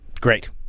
Great